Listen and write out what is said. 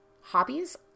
hobbies